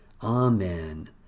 Amen